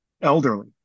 elderly